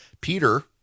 Peter